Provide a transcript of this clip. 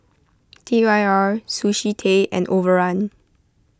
T Y R Sushi Tei and Overrun